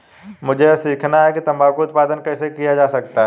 मुझे यह सीखना है कि तंबाकू उत्पादन कैसे किया जा सकता है?